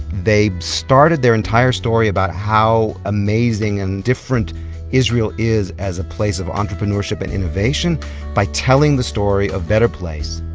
they started their entire story about how amazing and different israel is as a place of entrepreneurship and innovation by telling the story of better place.